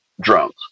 drones